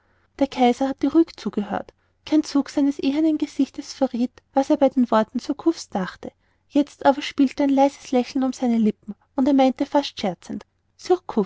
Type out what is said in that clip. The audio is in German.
der kaiser hatte ruhig zugehört kein zug seines ehernen angesichtes verrieth was er bei den worten surcouf's dachte jetzt aber spielte ein leises lächeln um seine lippen und er meinte fast scherzend